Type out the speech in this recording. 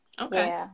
okay